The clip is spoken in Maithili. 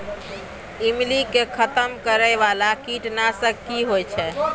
ईमली के खतम करैय बाला कीट नासक की होय छै?